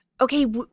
okay